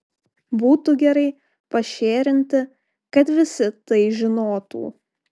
būtų gerai pašėrinti kad visi tai žinotų